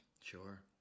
sure